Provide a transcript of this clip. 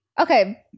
Okay